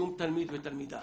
שום תלמיד ותלמידה